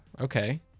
Okay